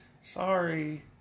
Sorry